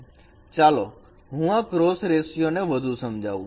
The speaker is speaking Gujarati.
ચાલો હું આ ક્રોસ રેસિયો ને વધુ સમજાવું